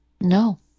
no